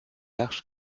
large